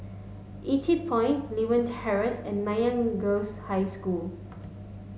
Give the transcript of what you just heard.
Yew Tee Point Lewin Terrace and Nanyang Girls' High School